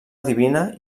divina